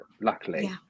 luckily